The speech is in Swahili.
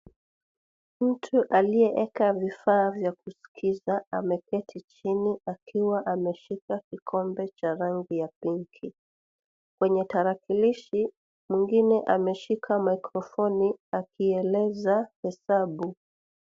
Mtu aliyeweka vifaa vya kuskiza ameketi chini akiwa ameshika kikombe cha rangi ya pinki. Kwenye tarakilishi, mwingine ameshika maikrofoni akieleza hesabu.